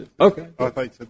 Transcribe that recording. Okay